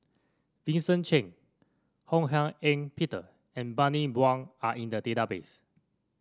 Vincent Cheng Ho Hak Ean Peter and Bani Buang are in the database